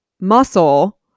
muscle